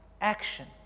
action